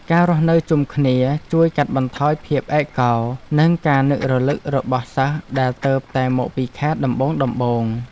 ការរស់នៅជុំគ្នាជួយកាត់បន្ថយភាពឯកោនិងការនឹករលឹករបស់សិស្សដែលទើបតែមកពីខេត្តដំបូងៗ។